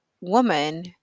woman